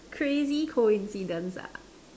crazy coincidence ah